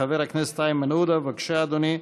חבר הכנסת איימן עודה, בבקשה, אדוני.